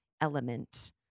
Element